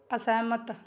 ਅਸਹਿਮਤ